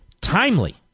timely